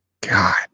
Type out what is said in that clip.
God